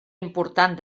important